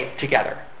together